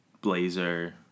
blazer